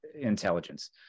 intelligence